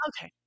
okay